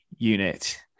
unit